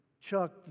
Chuck